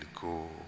go